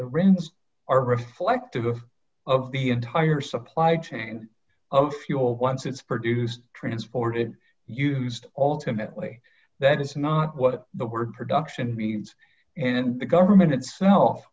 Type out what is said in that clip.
rins are reflective of the entire supply chain of fuel once it's produced transported used ultimately that is not what the word production means and the government itself